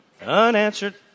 unanswered